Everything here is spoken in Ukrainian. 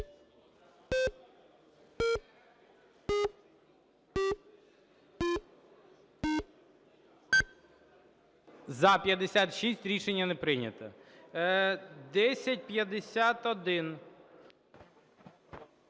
За-56 Рішення не прийнято. 1051.